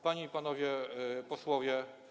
Panie i Panowie Posłowie!